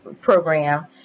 program